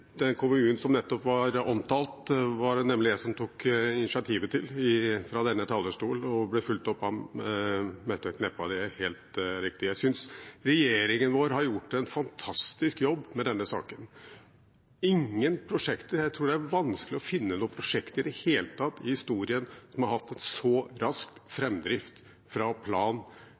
Den KVU-en som nettopp ble omtalt, var det nemlig jeg som tok initiativet til, fra denne talerstolen. Det ble fulgt opp av statsråd Meltveit Kleppa, det er helt riktig. Jeg synes regjeringen vår har gjort en fantastisk jobb med denne saken. Jeg tror det er vanskelig å finne noe prosjekt i det hele tatt i historien som har hatt så rask framdrift, fra plan